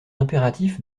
impératif